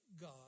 God